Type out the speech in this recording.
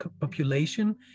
population